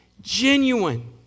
genuine